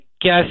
Guess